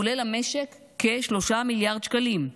והוא עולה למשק כ-3 מיליארד שקלים.